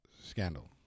scandal